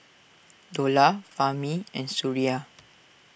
Dollah Fahmi and Suria